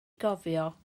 gofio